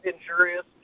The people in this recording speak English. injurious